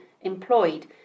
employed